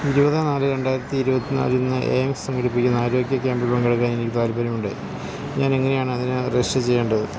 ഇരുപത് നാല് രണ്ടായിരത്തി ഇരുപത്തിനാലിന് എയിംസ് സംഘടിപ്പിക്കുന്ന ആരോഗ്യ ക്യാമ്പിൽ പങ്കെടുക്കാൻ എനിക്ക് താൽപ്പര്യമുണ്ട് ഞാൻ എങ്ങനെയാണ് അതിന് രജിസ്റ്റർ ചെയ്യേണ്ടത്